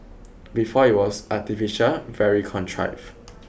before it was artificial very contrived